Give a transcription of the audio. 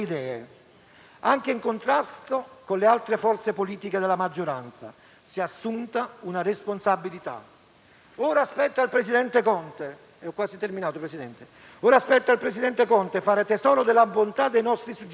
anche in contrasto con le altre forze politiche della maggioranza. Si è assunta una responsabilità. Ora spetta al presidente Conte fare tesoro della bontà dei nostri suggerimenti.